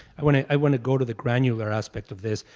i mean i wanna go to the granular aspect of this,